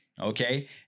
Okay